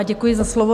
Děkuji za slovo.